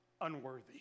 unworthy